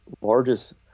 largest